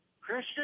Christian